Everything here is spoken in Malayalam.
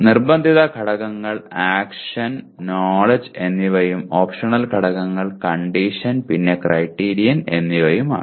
നിർബന്ധിത ഘടകങ്ങൾ ആക്ഷൻ നോലെഡ്ജ് കനൌലെഡ്ജ് എന്നിവയും ഓപ്ഷണൽ ഘടകങ്ങൾ കണ്ടീഷൻ പിന്നെ ക്രൈറ്റീരിയൻ എന്നിവയുമാണ്